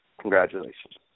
Congratulations